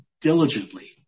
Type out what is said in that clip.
diligently